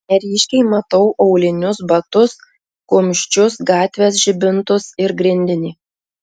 neryškiai matau aulinius batus kumščius gatvės žibintus ir grindinį